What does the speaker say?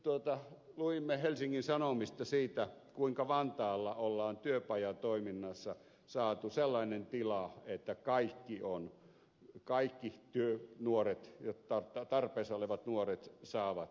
sitten luimme helsingin sanomista siitä kuinka vantaalla on työpajatoiminnassa saatu sellainen tila että kaikki tarpeessa olevat nuoret saavat työpajapaikan